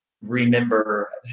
remember